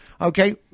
Okay